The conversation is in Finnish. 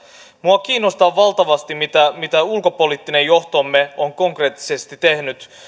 minua kiinnostaa valtavasti mitä mitä ulkopoliittinen johtomme on konkreettisesti tehnyt